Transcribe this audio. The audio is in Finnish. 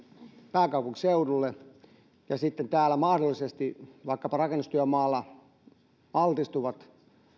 pääkaupunkiseudulle ja sitten täällä vaikkapa rakennustyömaalla mahdollisesti altistuvat